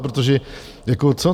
Protože jako co?